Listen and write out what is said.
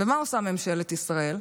ומה עושה ממשלת ישראל?